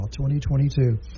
2022